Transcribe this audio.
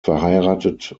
verheiratet